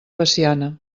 veciana